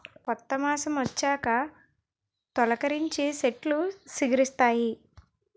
కొత్త మాసమొచ్చాక తొలికరించి సెట్లు సిగిరిస్తాయి